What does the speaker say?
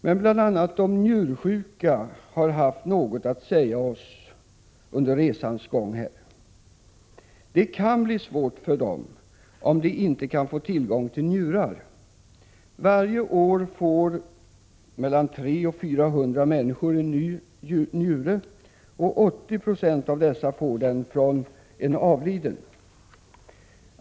Men bl.a. de njursjuka har haft något att säga oss under resans gång. Det kan bli svårt för dem om de inte kan få tillgång till njurar. Varje år får 300-400 människor en ny njure. 80 90 av dessa får den från en avliden.